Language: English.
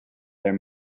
their